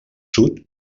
sud